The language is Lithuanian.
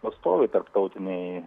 atstovai tarptautinai